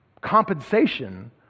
compensation